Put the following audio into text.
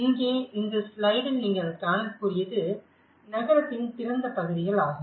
இங்கே இந்த ஸ்லைடில் நீங்கள் காணக்கூடியது நகரத்தின் திறந்த பகுதிகள் ஆகும்